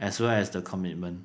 as well as the commitment